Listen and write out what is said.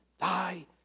thy